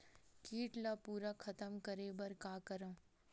कीट ला पूरा खतम करे बर का करवं?